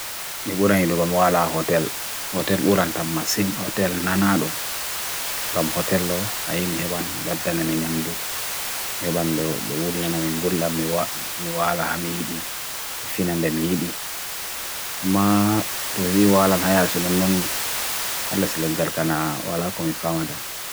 me buran idu gamwala hotel hotel buran tam masin hotel nanalo gam hotel lo hai meheban baddana me nyamdu meheban deo bewulana mehimbulla mewala ha mehidi e finanda mehidi fama tuwe bhi wala naya asin on non alas lengalkana wala komi famada